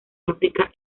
áfrica